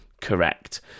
Correct